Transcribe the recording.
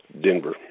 Denver